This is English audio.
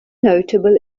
notable